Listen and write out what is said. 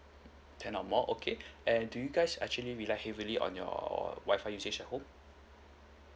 ten or more okay and do you guys actually relay heavily on your Wi-Fi usage at home